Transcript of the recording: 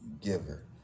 giver